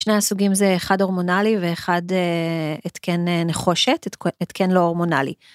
שני הסוגים זה אחד הורמונלי ואחד התקן נחושת, התקן לא הורמונלי.